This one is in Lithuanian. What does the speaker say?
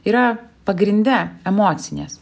yra pagrinde emocinės